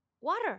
water